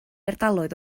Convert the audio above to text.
ardaloedd